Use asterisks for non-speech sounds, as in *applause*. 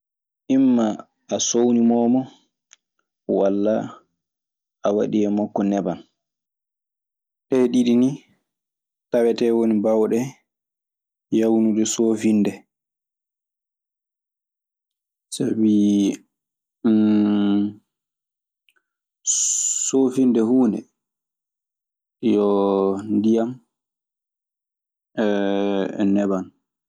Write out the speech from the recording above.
Immaa a sownimoomo walla a waɗi e makko neban. Ɗee ɗiɗi nii tawetee woni baawɗe yaawnude soofinde. Sabii *hesitation* soofinde huunde yo ndiyan *hesitation* e neban.